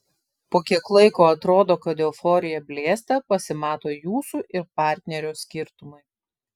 po kiek laiko atrodo kad euforija blėsta pasimato jūsų ir partnerio skirtumai